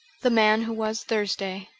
the man who was thursday